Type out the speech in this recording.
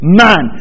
man